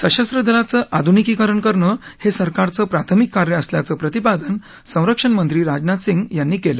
सशस्त्र दलांचं आधुनिकीकरण करणं हे सरकारचं प्राथमिक कार्य असलयाचं प्रतिपादन संरक्षण मंत्री राजनाथ सिंग यांनी केलं